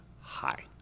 high